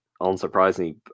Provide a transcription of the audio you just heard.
unsurprisingly